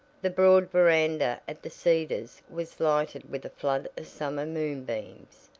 the broad veranda at the cedars was lighted with a flood of summer moonbeams,